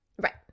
Right